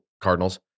cardinals